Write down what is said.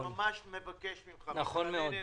אני ממש מבקש ממך ומתחנן אליך,